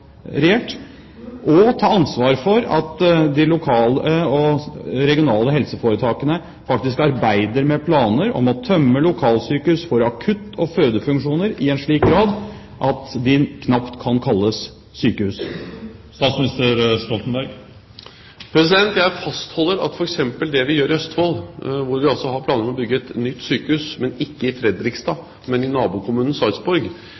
og ta ansvar for at de lokale og regionale helseforetakene faktisk arbeider med planer om å tømme lokalsykehus for akutt- og fødefunksjoner i en slik grad at de knapt kan kalles sykehus. Jeg fastholder at det vi f.eks. gjør i Østfold, hvor vi har planer om å bygge et nytt sykehus, ikke i